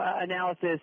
analysis